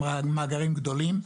הם מאגרים גדולים.